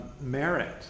Merit